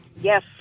Yes